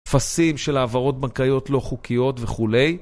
טפסים של העברות בנקאיות לא חוקיות וכולי.